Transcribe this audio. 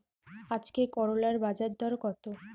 আজকে করলার বাজারদর কত?